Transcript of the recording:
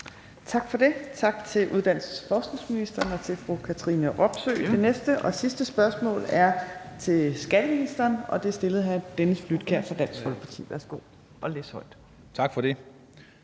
Tak for det, tak til uddannelses- og forskningsministeren og til fru Katrine Robsøe. Det næste – og sidste – spørgsmål er til skatteministeren, og det er stillet af hr. Dennis Flydtkjær fra Dansk Folkeparti. Kl. 15:45 Spm. nr.